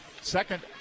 second